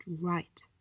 right